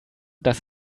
dass